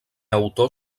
autor